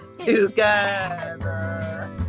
together